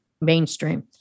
mainstream